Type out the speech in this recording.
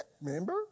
Remember